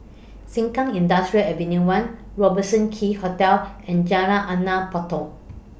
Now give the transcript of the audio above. Sengkang Industrial Ave one Robertson Quay Hotel and Jalan Anak Patong